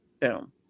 Boom